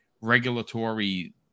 regulatory